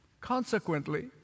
Consequently